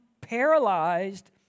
paralyzed